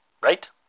Right